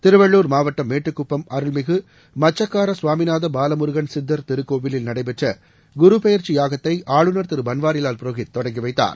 திருவள்ளூர் மாவட்டம் மேட்டுக்குப்பம் அருள்மிகு மச்சக்கார கவாமிநாத பாலமுருகள் சித்தர் திருக்கோவிலில் நடைபெற்ற குரு பெயர்ச்சி யாகத்தை ஆளுநர் திரு பன்வாரிலால் புரோஹித் தொடங்கி வைத்தார்